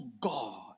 God